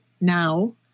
now